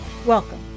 Welcome